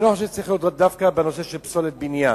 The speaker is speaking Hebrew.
אני לא חושב שזה צריך להיות דווקא בנושא של פסולת בניין.